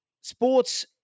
sports